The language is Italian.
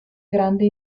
grande